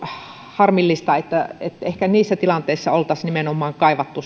harmillista ehkä niissä tilanteissa oltaisiin nimenomaan kaivattu